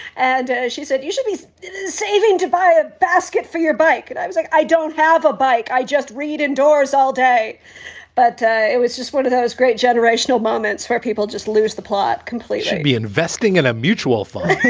and she said you should be saving to buy a basket for your bike. and i was like, i don't have a bike. i just read indoors all day but it was just one of those great generational moments where people just lose the plot, complete completion, be investing in a mutual fund